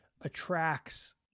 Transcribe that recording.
attracts